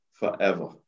forever